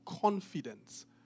confidence